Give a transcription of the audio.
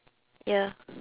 ya